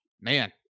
man